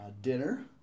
dinner